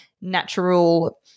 natural